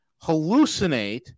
Hallucinate